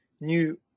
new